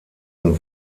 und